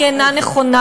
היא אינה נכונה.